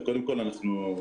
כולל הלוואות ללא ריבית.